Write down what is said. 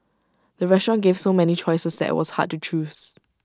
the restaurant gave so many choices that IT was hard to choose